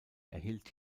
erhielt